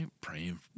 praying